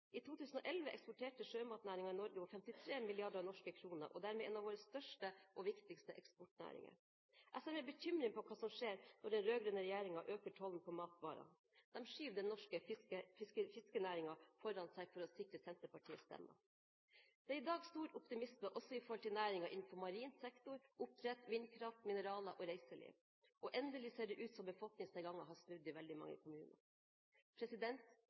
I 2011 eksporterte sjømatnæringen i Norge for 53 milliarder norske kroner og er dermed en av våre største og viktigste eksportnæringer. Jeg ser med bekymring på hva som skjer når den rød-grønne regjeringen øker tollen på matvarer. De skyver den norske fiskerinæringen foran seg for å sikre seg Senterpartiets stemmer. Det er i dag stor optimisme også innenfor næringer som marin sektor, oppdrett, vindkraft, mineraler og reiseliv. Og endelig ser det ut som om befolkningsnedgangen har snudd i veldig mange